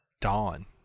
Dawn